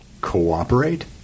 Cooperate